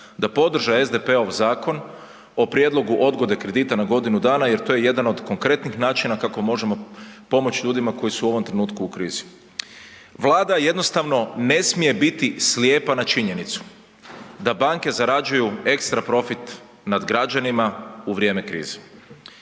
da podrže SDP-ov zakon o prijedlogu odgode kredita na godinu dana jer to je jedan od konkretnih načina kako možemo pomoći ljudima koji su u ovom trenutku u krizi. Vlada jednostavno ne smije biti slijepa na činjenicu da banke zarađuju ekstra profit nad građanima u vrijeme krize.